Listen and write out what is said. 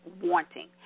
wanting